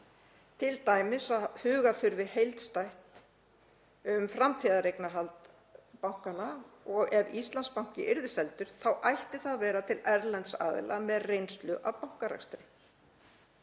t.d. að huga þurfi heildstætt að framtíðareignarhaldi bankanna og ef Íslandsbanki yrði seldur þá ætti það að vera til erlends aðila með reynslu af bankarekstri.